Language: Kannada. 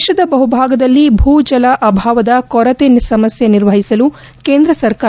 ದೇಶದ ಬಹುಭಾಗದಲ್ಲಿ ಭೂ ಜಲ ಅಭಾವದ ಕೊರತೆ ಸಮಸ್ಥೆ ನಿರ್ವಹಿಸಲು ಕೇಂದ್ರ ಸರ್ಕಾರ